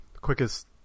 quickest